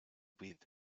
with